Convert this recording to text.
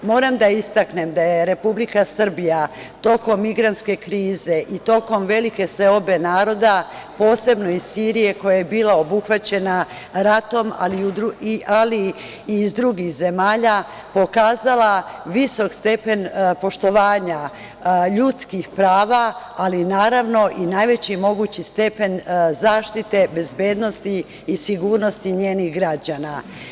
Moram da istaknem da je Republika Srbija tokom migrantske kriz i tokom velike seobe naroda posebno iz Sirije koja je bila obuhvaćena ratom ali i iz drugih zemalja pokazala visok stepen poštovanja ljudskih prava, ali naravno i najveći mogući stepen zaštite bezbednosti i sigurnosti njenih građana.